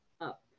up